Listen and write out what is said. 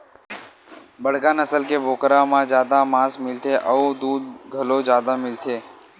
बड़का नसल के बोकरा म जादा मांस मिलथे अउ दूद घलो जादा मिलथे